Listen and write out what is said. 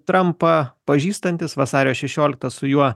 trampą pažįstantys vasario šešioliktą su juo